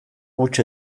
huts